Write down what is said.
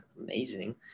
amazing